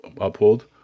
Uphold